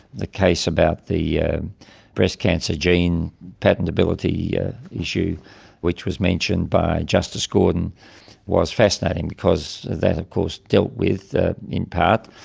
the case about the breast cancer gene patentability issue which was mentioned by justice gordon was fascinating because that of course dealt with, in part,